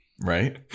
Right